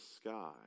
sky